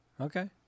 Okay